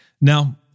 Now